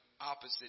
opposite